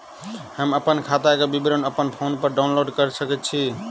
हम अप्पन खाताक विवरण अप्पन फोन पर डाउनलोड कऽ सकैत छी?